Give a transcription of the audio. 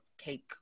cake